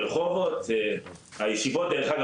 ברחובות והישיבות דרך אגב,